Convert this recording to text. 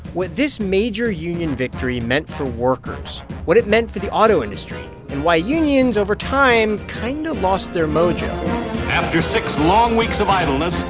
what this major union victory meant for workers, what it meant for the auto industry and why unions over time kind of lost their mojo after six long weeks of idleness,